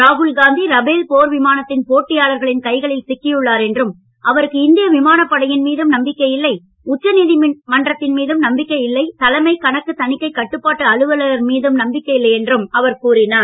Rahul Gandhi Rafale போர் விமானத்தின் போட்டியாளர்களின் கைகளில் சிக்கியுள்ளார் என்றும் அவருக்கு இந்திய விமானப்படையின் மீதும் நம்பிக்கையில்லை உச்சநீதிமன்றத்தின் மீதும் நம்பிக்கையில்லை தலைமை கணக்கு தணிக்கை கட்டுப்பாட்டு அலுவலர் மீதும் நம்பிக்கையில்லை என்றும் கூறினார்